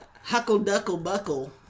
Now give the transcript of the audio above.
Huckle-Duckle-Buckle